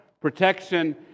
protection